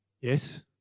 yes